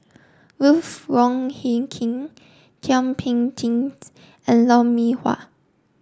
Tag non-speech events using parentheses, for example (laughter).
Ruth Wong Hie King Thum Ping Tjin (unintelligible) and Lou Mee Wah